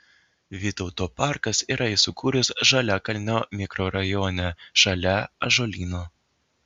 vytauto parkas yra įsikūręs žaliakalnio mikrorajone šalia ąžuolyno